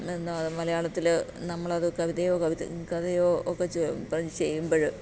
എന്താ അത് മലയാളത്തിൽ നമ്മൾ അത് കവിതയോ കവിത കഥയോ ഒക്കെ ചെയ്യുമ്പോൾ